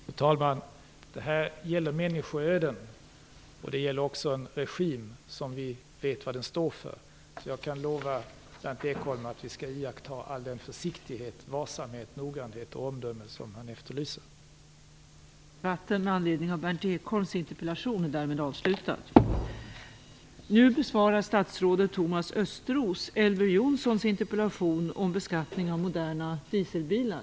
Fru talman! Detta gäller människoöden, och det gäller också en regim som vi vet vad den står för. Jag kan därför lova Berndt Ekholm att vi skall iaktta all den försiktighet, all den varsamhet, all den noggrannhet och allt det omdöme som han efterlyser.